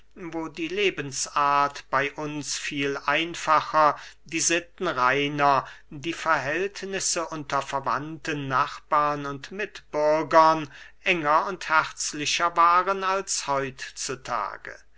wo die lebensart bey uns viel einfacher die sitten reiner die verhältnisse unter verwandten nachbarn und mitbürgern enger und herzlicher waren als